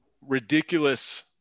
ridiculous